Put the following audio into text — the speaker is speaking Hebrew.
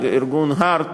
ארגון HEART,